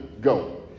go